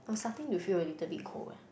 I'm starting to feel a little bit cold eh